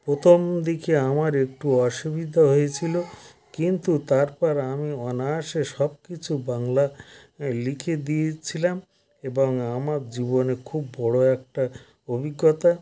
প্রথম দিকে আমার একটু অসুবিদা হয়েছিলো কিন্তু তারপর আমি অনায়াসে সব কিছু বাংলা লিখে দিয়েছিলাম এবং আমার জীবনে খুব বড়ো একটা অভিজ্ঞতা